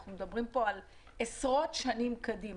אנחנו מדברים על עשרות שנים קדימה.